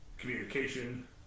communication